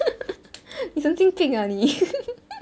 你神经病啊你